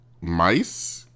mice